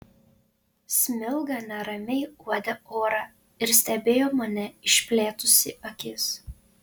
smilga neramiai uodė orą ir stebėjo mane išplėtusi akis